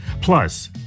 Plus